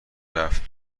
رفت